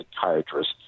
psychiatrist